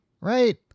right